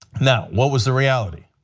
now what was the reality?